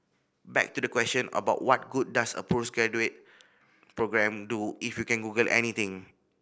back to the question about what good does a postgraduate programme do if you can google anything